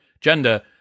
gender